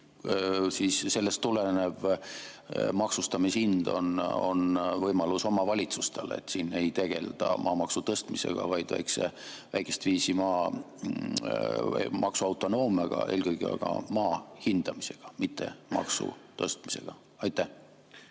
et sellest tulenev maksustamishind on võimalus omavalitsustele. Siin ei tegelda maamaksu tõstmisega, vaid väikest viisi maksuautonoomiaga, eelkõige aga maa hindamisega, mitte maksu tõstmisega. Kas